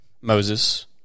Moses